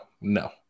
no